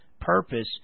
purpose